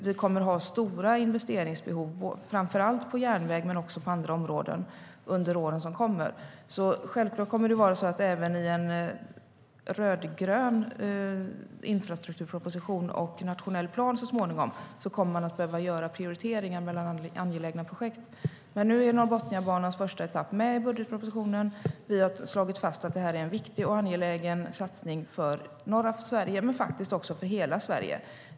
Vi kommer att ha stora investeringsbehov, framför allt på järnväg men också på andra områden, under åren som kommer. Självklart kommer man även i en rödgrön infrastrukturproposition och nationell plan så småningom att behöva göra prioriteringar mellan angelägna projekt. Nu är Norrbotniabanans första etapp med i budgetpropositionen. Vi har slagit fast att det här är en viktig och angelägen satsning för norra Sverige men också för hela Sverige.